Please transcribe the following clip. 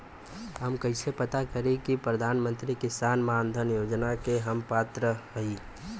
हम कइसे पता करी कि प्रधान मंत्री किसान मानधन योजना के हम पात्र हई?